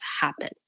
happen